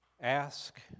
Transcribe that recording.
Ask